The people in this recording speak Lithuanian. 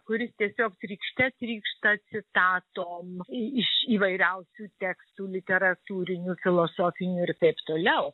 kuris tiesiog trykšte trykšta citatom iš įvairiausių tekstų literatūrinių filosofinių ir taip toliau